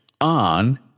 on